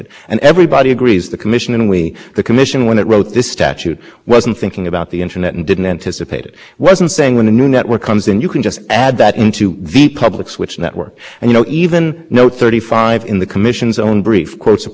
public switch network and you know even know thirty five in the commission's own brief quotes approvingly a commenter who says the telephone network is one public switch network the internet is another congress didn't say a public switch network or any